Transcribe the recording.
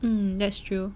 that's true